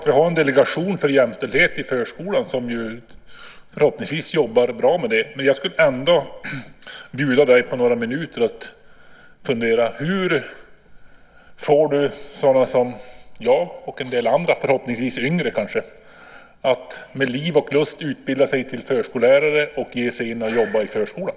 Vi har en delegation för jämställdhet i förskolan som förhoppningsvis jobbar bra, men jag skulle ändå vilja bjuda dig på några minuter att fundera över hur du ska få sådana som jag och en del andra, förhoppningsvis yngre, att med liv och lust utbilda sig till förskollärare och ge sig in och jobba i förskolan.